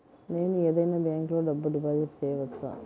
నేను ఏదైనా బ్యాంక్లో డబ్బు డిపాజిట్ చేయవచ్చా?